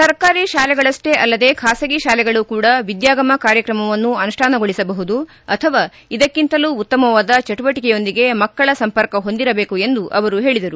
ಸರ್ಕಾರಿ ಶಾಲೆಗಳಷ್ಟೇ ಅಲ್ಲದೇ ಖಾಸಗಿ ಶಾಲೆಗಳು ಕೂಡ ವಿದ್ಯಾಗಮ ಕಾರ್ಯಕ್ರಮವನ್ನು ಅನುಷ್ಠಾನಗೊಳಿಸಬಹುದು ಅಥವಾ ಇದಕ್ಕಿಂತಲೂ ಉತ್ತಮವಾದ ಚಟುವಟಿಕೆಯೊಂದಿಗೆ ಮಕ್ಕಳ ಸಂಪರ್ಕ ಹೊಂದಿರಬೇಕು ಎಂದು ಅವರು ಹೇಳದರು